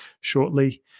shortly